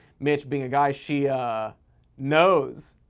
mitch being a guy she knows.